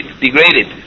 degraded